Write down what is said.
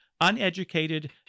uneducated